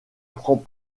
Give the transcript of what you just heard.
prend